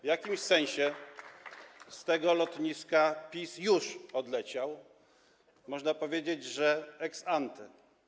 W jakimś sensie z tego lotniska PiS już odleciał, można powiedzieć, że ex ante.